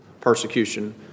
persecution